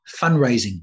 fundraising